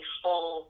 full